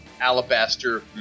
Alabaster